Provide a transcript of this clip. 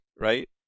Right